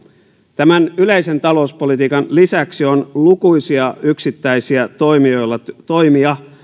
tämän yleisen talouspolitiikan lisäksi on lukuisia yksittäisiä toimia joilla toimia